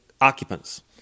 occupants